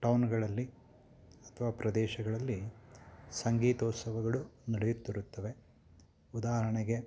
ಟೌನ್ಗಳಲ್ಲಿ ಅಥವಾ ಪ್ರದೇಶಗಳಲ್ಲಿ ಸಂಗೀತೋತ್ಸವಗಳು ನಡೆಯುತ್ತಿರುತ್ತವೆ ಉದಾಹರಣೆಗೆ